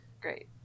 Great